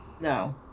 No